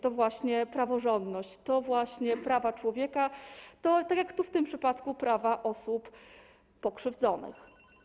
To właśnie praworządność, to właśnie prawa człowieka, to - tak jak w tym przypadku - prawa osób pokrzywdzonych.